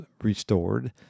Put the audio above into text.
restored